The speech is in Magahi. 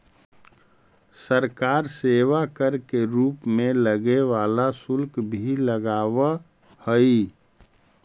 सरकार सेवा कर के रूप में लगे वाला शुल्क भी लगावऽ हई